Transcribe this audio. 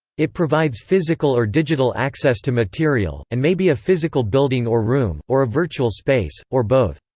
it provides physical or digital access to material, and may be a physical building or room, or a virtual space, or both.